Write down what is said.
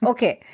Okay